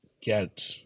get